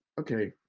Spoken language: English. Okay